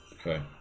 Okay